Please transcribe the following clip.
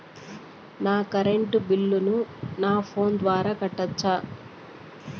నా కరెంటు బిల్లును నా ఫోను ద్వారా కట్టొచ్చా?